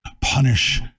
punish